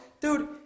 Dude